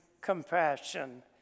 compassion